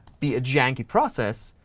be a janky process,